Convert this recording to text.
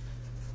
Sitharaman mission ରକ୍ଷା